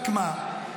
רק מה,